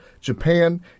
Japan